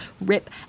rip